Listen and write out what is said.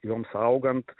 joms augant